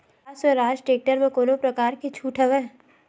का स्वराज टेक्टर म कोनो प्रकार के छूट हवय?